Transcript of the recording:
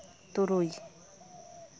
ᱛᱩᱨᱩᱭ